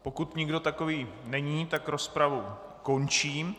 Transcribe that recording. Pokud nikdo takový není, tak rozpravu končím.